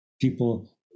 people